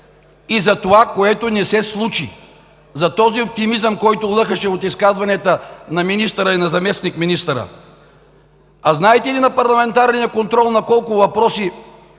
и за това, което не се случи, за този оптимизъм, който лъхаше от изказванията на министъра и на заместник-министъра? А знаете ли на парламентарния контрол на колко въпроса